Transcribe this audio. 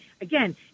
Again